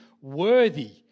worthy